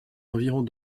environs